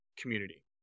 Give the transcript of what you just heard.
community